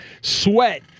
sweat